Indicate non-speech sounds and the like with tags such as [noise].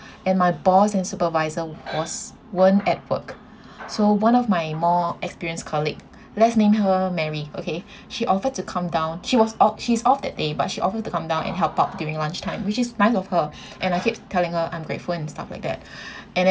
and my boss and supervisor was weren't at work [breath] so one of my more experienced colleague let's name her mary okay she offered to come down she was of~ she's off that day but she offered to come down and help out during lunchtime which is nice of her [breath] and I kept telling her I'm grateful and stuff like that [breath] and then